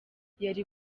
yari